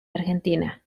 argentina